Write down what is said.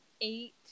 eight